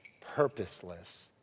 purposeless